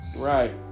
Right